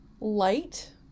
light